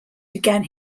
began